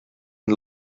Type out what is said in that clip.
and